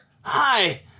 Hi